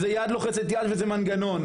זה יד רוחצת יד וזה מנגנון,